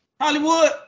Hollywood